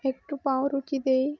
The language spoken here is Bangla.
একটু পাওরুটি দিই